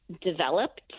developed